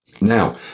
now